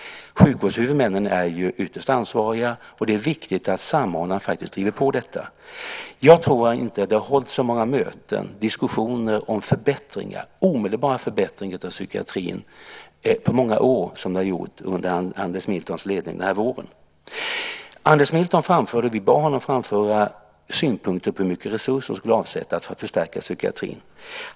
Sjukvårdshuvudmännen är ytterst ansvariga, och det är viktigt att samordna för att driva på detta. Jag tror inte att det har hållits så många möten och diskussioner om omedelbara förbättringar av psykiatrin på många år som det har gjorts under Anders Miltons ledning den här våren. Vi bad Anders Milton framföra synpunkter på hur mycket resurser som skulle avsättas för att förstärka psykiatrin.